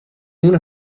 una